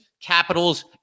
Capitals